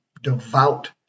devout